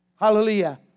Hallelujah